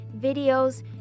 videos